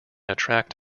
attract